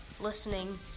listening